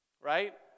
right